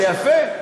זה יפה.